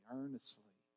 earnestly